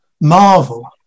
marvel